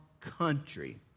country